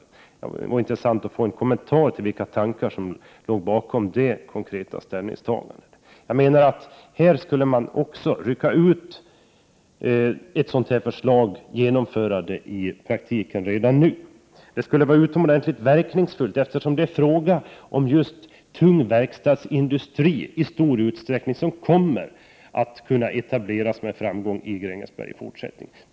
Jag skulle vara intresserad av att få en kommentar om de tankar som låg bakom detta mycket konkreta ställningstagande. Ett sådant här förslag skulle man kunna rycka ut och genomföra i praktiken redan nu. Det skulle vara utomordentligt verkningsfullt, eftersom det i stor utsträckning är just tung verkstadsindustri som kommer att kunna etablera sig och kan nå framgång i Grängesberg i fortsättningen.